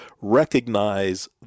recognize